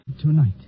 tonight